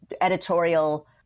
editorial